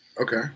Okay